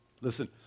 Listen